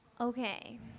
Okay